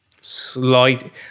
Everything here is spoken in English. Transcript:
slight